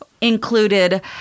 included